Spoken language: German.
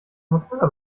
mozilla